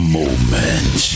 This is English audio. moment